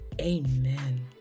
Amen